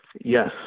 Yes